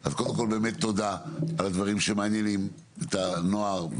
--- אז קודם כל באמת תודה על הדברים שמעניינים את הנוער.